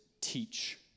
teach